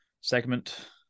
segment